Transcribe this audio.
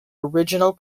original